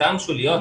שחלקן שוליות.